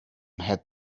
had